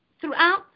throughout